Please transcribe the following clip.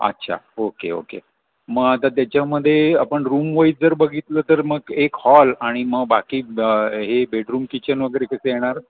अच्छा okay okay मग आता त्याच्यामध्ये आपण रूमवाईज जर बघितलं तर मग एक हॉल आणि मग बाकी हे बेडरूम किचन वगैरे किती येणार